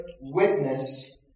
witness